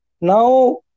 now